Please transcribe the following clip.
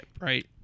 right